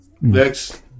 Next